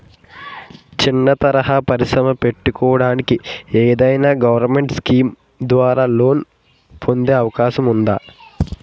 చిన్న తరహా పరిశ్రమ పెట్టుకోటానికి ఏదైనా గవర్నమెంట్ స్కీం ద్వారా లోన్ పొందే అవకాశం ఉందా?